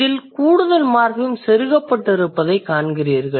இதில் கூடுதல் மார்ஃபிம் செருகப்பட்டிருப்பதைக் காண்கிறீர்கள்